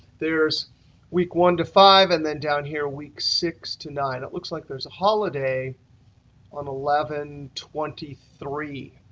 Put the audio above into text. there's week one to five and then down here week six to nine. it looks like there's a holiday on eleven twenty three.